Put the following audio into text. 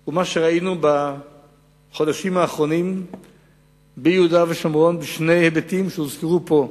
הוא מה שראינו בחודשים האחרונים ביהודה ושומרון בשני היבטים שהוזכרו פה.